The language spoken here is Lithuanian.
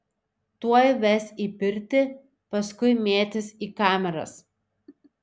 tuoj ves į pirtį paskui mėtys į kameras